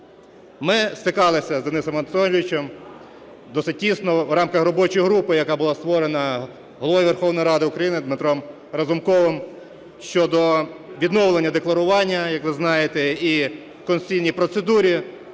Ми стикалися з Денисом Анатолійовичем досить тісно в рамках робочої групи, яка була створена Головою Верховної Ради України Дмитром Разумковим, щодо відновлення декларування, як ви знаєте, і конституційній процедурі.